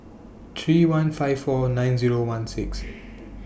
three one five four nine Zero one six